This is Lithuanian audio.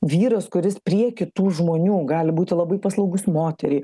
vyras kuris prie kitų žmonių gali būti labai paslaugus moteriai